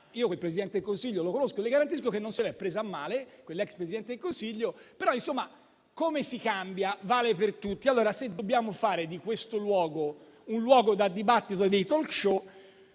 Io quell'ex Presidente del Consiglio lo conosco e le garantisco che non se l'è presa a male; però, insomma, come si cambia vale per tutti. Allora, se dobbiamo fare di questo luogo un luogo di dibattito da *talk show*,